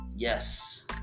Yes